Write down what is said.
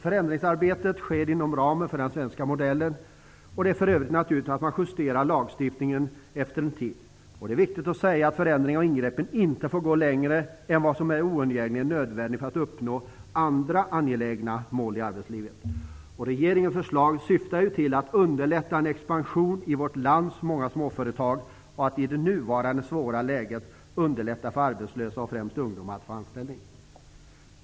Förändringsarbetet sker inom ramen för den svenska modellen. Det är för övrigt naturligt att man justerar lagstiftningen efter en tid. Det är viktigt att säga att förändringarna och ingreppen inte får gå längre än vad som oundgängligen är nödvändigt för att uppnå andra angelägna mål i arbetslivet. Regeringens förslag syftar till att underlätta en expansion i vårt lands många småföretag och att i det nuvarande svåra läget underlätta för arbetslösa, främst ungdomar, att få anställning.